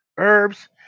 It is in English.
Herbs